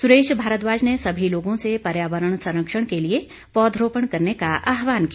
सुरेश भारद्वाज ने सभी लोगों से पर्यावरण संरक्षण के लिए पौधरोपण करने का आहवान किया